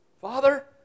father